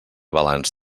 balanç